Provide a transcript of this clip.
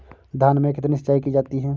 धान में कितनी सिंचाई की जाती है?